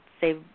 say